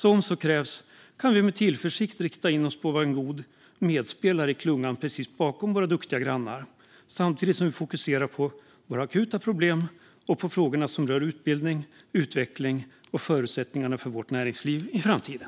Om så krävs kan vi alltså med tillförsikt rikta in oss på att vara en god medspelare i klungan precis bakom våra duktiga grannar, samtidigt som vi fokuserar på våra akuta problem och på frågor som rör utbildning, utveckling och förutsättningarna för vårt näringsliv i framtiden.